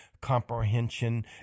comprehension